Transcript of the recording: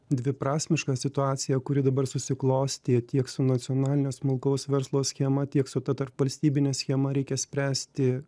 dviprasmiška situacija kuri dabar susiklostė tiek su nacionalinio smulkaus verslo schema tiek su ta tarpvalstybine schema reikia spręsti